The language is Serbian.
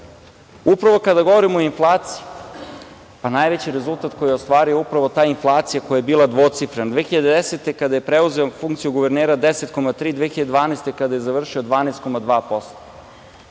10%.Upravo kada govorim o inflaciji, pa najveći rezultat koji je ostvario upravo ta inflacija koja je bila dvocifrena 2010. godine, kada je preuzeo funkciju guvernera 10,3, 2012. godine kada je završio 12,2%,